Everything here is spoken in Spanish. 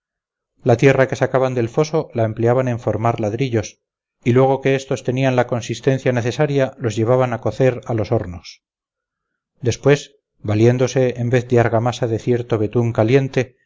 la tierra que sacaban del foso la empleaban en formar ladrillos y luego que estos tenían la consistencia necesaria los llevaban a cocer a los hornos después valiéndose en vez de argamasa de cierto betún caliente